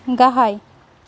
गाहाय